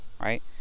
right